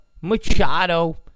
Machado